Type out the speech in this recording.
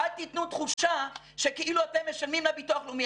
אל תיתנו תחושה שכאילו אתם משלמים לביטוח לאומי.